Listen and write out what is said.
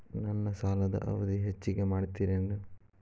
ನನ್ನ ಸಾಲದ ಅವಧಿ ಹೆಚ್ಚಿಗೆ ಮಾಡ್ತಿರೇನು?